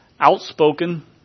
outspoken